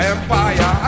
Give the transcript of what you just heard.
Empire